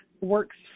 works